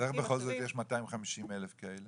אז איך בכל זאת יש 250,000 ככאלה?